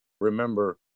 remember